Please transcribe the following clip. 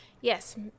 Yes